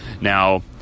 Now